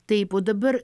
taip o dabar